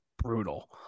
Brutal